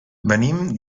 venim